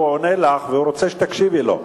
הוא עונה לך והוא רוצה שתקשיבי לו.